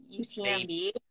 UTMB